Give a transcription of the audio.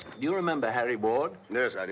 you remember harry ward? yes, i mean